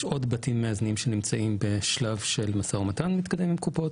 יש עוד בתים מאזנים שנמצאים בשלב של משא ומתן מתקדם עם קופות,